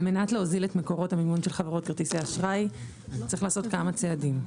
על מנת להוזיל את מקורות המימון של חברות האשראי צריך לעשות כמה צעדים.